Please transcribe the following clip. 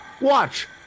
Watch